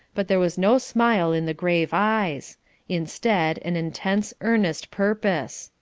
but there was no smile in the grave eyes instead, an intense, earnest purpose.